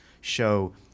show